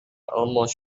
almost